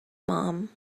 mom